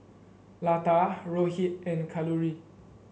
Lata Rohit and Kalluri